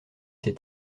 ses